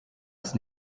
ist